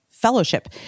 fellowship